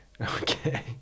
okay